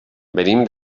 venim